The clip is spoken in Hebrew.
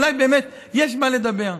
אולי באמת יש על מה לדבר.